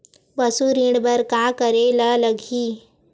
पशु ऋण बर का करे ला लगही?